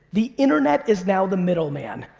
the internet is now the middle man,